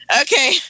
Okay